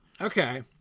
Okay